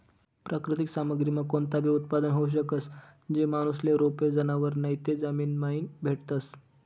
प्राकृतिक सामग्रीमा कोणताबी उत्पादन होऊ शकस, जे माणूसले रोपे, जनावरं नैते जमीनमाईन भेटतस